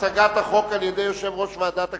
התש"ע 2010. יציג את החוק יושב-ראש ועדת הכספים.